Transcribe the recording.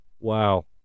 Wow